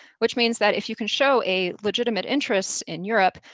which means that, if you can show a legitimate interest in europe,